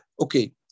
okay